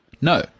No